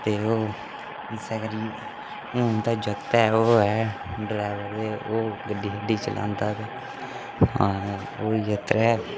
ते ओह् इस्सै करियै हून ते जागतै ओह् ऐ ड्रैव्रर ते ओह् गड्डी शड्डी चलांदा ते ओह् होई गेआ त्रै